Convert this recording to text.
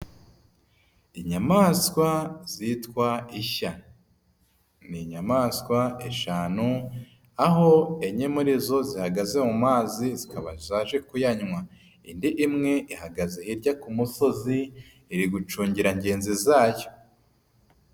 Inyamaswa zitwa ishya, ni inyamaswa eshanu, aho enye muri zo zihagaze mu mazi zikaba zaje kuyanywa, indi imwe ihagaze hirya ku musozi iri gucungira ngenzi zayo.